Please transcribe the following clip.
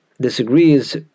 disagrees